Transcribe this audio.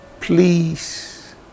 please